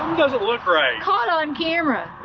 doesn't look right. caught on camera!